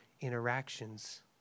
interactions